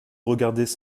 regardaient